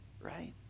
right